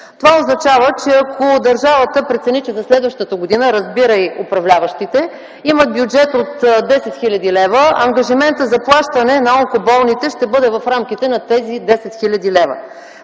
Това означава, че ако държавата прецени, че за следващата година, разбирай управляващите, има бюджет от 10 хил. лв. ангажиментът за плащане на онкоболните ще бъде в рамките на тези 10 хил. лв.